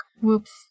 whoops